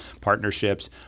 partnerships